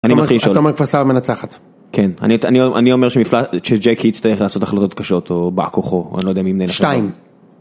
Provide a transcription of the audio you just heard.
אני מתחיל לשאול. אז אתה אומר כפר סבא מנצחת. כן. אני אומר שג'קי יצטרך לעשות החלטות קשות או בא כוחו, אני לא יודע מי מנהל את ה... שתיים.